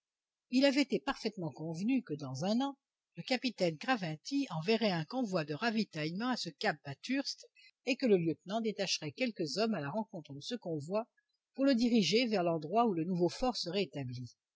il avait été parfaitement convenu que dans un an le capitaine craventy enverrait un convoi de ravitaillement à ce cap bathurst et que le lieutenant détacherait quelques hommes à la rencontre de ce convoi pour le diriger vers l'endroit où le nouveau fort serait établi